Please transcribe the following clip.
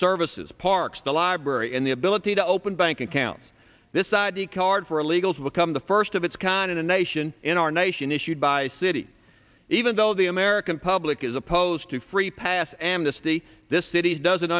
services parks the library and the ability to open bank account this id card for illegals become the first of its kind in the nation in our nation issued by city even though the american public is opposed to free pass amnesty this city's doesn't